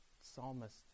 psalmist